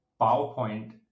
PowerPoint